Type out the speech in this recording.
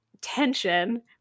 tension